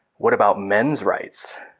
what about men's rights?